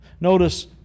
notice